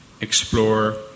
explore